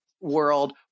world